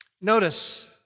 Notice